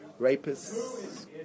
rapists